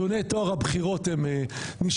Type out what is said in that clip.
טיעוני טוהר הבחירות הם נשמעים,